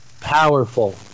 powerful